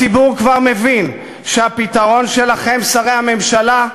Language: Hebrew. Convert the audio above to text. הציבור כבר מבין שהפתרון שלכם, שרי הממשלה,